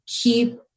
keep